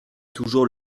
toujours